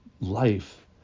life